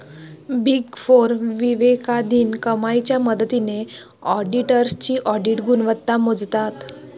big four विवेकाधीन कमाईच्या मदतीने ऑडिटर्सची ऑडिट गुणवत्ता मोजतात